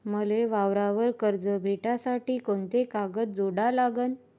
मले वावरावर कर्ज भेटासाठी कोंते कागद जोडा लागन?